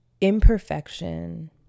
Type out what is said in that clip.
imperfection